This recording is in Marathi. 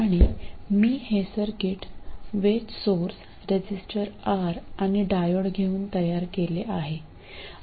आणि मी हे सर्किट वेज सोर्स रेझिस्टर R आणि डायोड घेऊन तयार केले आहे